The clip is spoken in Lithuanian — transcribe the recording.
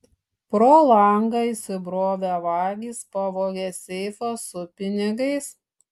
pro langą įsibrovę vagys pavogė seifą su pinigais